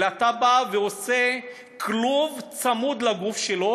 אלא אתה בא ועושה כלוב צמוד לגוף שלו